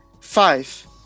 Five